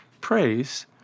Praise